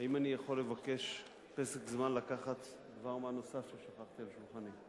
האם אני יכול לבקש פסק זמן לקחת דבר מה נוסף ששכחתי על שולחני?